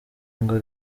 ngo